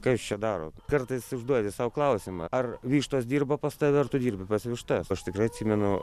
kas jūs čia darot kartais užduodi sau klausimą ar vištos dirba pas tave ar tu dirbi pas vištas aš tikrai atsimenu